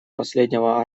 последнего